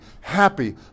happy